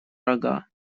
рога